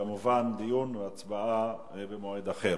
כמובן, הדיון וההצבעה במועד אחר.